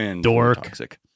Dork